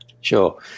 Sure